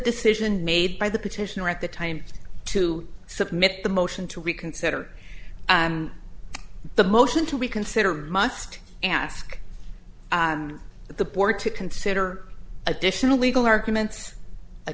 decision made by the petitioner at the time to submit the motion to reconsider the motion to reconsider must ask the board to consider additional legal arguments a